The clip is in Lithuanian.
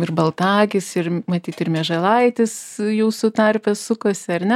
ir baltakis ir matyt ir mieželaitis jūsų tarpe sukosi ar ne